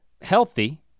healthy